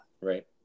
right